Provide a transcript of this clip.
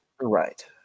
Right